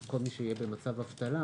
כל מי שיהיה במצב אבטלה